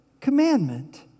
commandment